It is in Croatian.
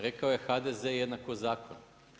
Rekao je HDZ jednako zakon.